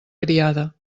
criada